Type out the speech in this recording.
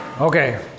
Okay